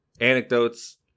anecdotes